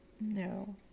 No